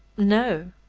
no,